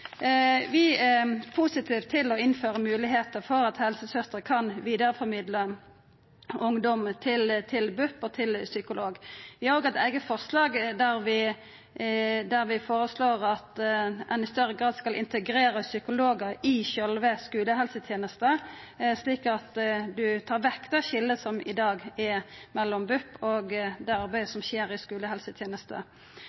Vi er positive til at helsesøstrer kan få høve til å vidareformidla ungdom til BUP og til psykolog. Vi har òg eit forslag om at ein i større grad skal integrera psykologar i sjølve skulehelsetenesta, slik at ein tar vekk det skiljet som i dag er mellom BUP og det arbeidet